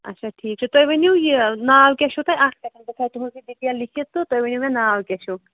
اچھا ٹھیٖک چھُ تُہۍ ؤنِو یہِ ناو کیٛاہ چھُو تۄہہِ اَکھ سٮ۪کَنٛڈ بہٕ تھَوٕ تُہٕنٛز یہِ ڈِٹیل لیٖکھِتھ تہٕ تُہۍ ؤنِو مےٚ ناو کیٛاہ چھُ